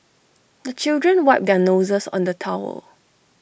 the children wipe their noses on the towel